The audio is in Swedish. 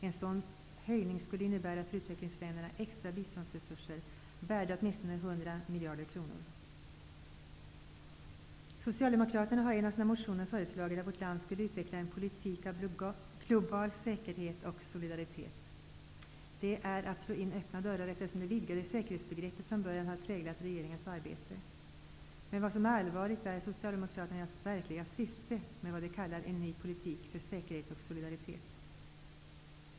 En sådan höjning skulle för utvecklingsländerna innebära extra biståndsresurser, värda åtminstone 100 Socialdemokraterna har i en av sina motioner föreslagit att vårt land skulle utveckla en politik för global säkerhet och solidaritet. Det är att slå in öppna dörrar, eftersom det vidgade säkerhetsbegreppet från början har präglat regeringens arbete. Vad som är allvarligt är Socialdemokraternas verkliga syfte med vad de kallar ''en ny politik för säkerhet och solidaritet''.